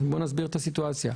נסביר את הסיטואציה.